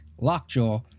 Lockjaw